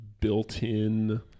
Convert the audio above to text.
built-in